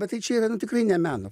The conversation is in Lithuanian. bet tai čia yra nu tikrai ne meno